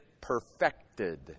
perfected